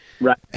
Right